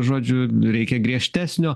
žodžiu reikia griežtesnio